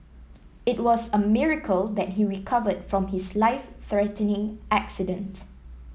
it was a miracle that he recovered from his life threatening accident